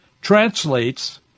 translates